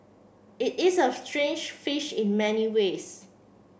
it is a strange fish in many ways